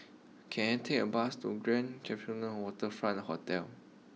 can I take a bus to Grand Copthorne Waterfront Hotel